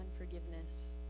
unforgiveness